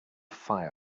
fire